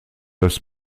das